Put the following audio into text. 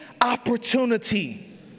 opportunity